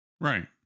Right